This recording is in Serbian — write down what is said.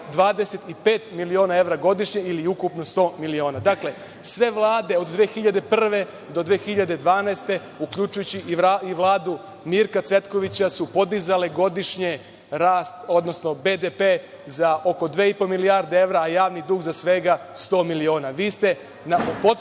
25 miliona evra godišnje ili ukupno 100 miliona. Sve vlade od 2001. do 2012. godine, uključujući i Vladu Mirka Cvetkovića, su podizale godišnje rast, odnosno BDP, za oko 2,5 milijarde evra, a javni dug za svega 100 miliona.